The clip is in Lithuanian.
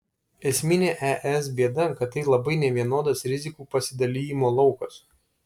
esminė es bėda kad tai labai nevienodas rizikų pasidalijimo laukas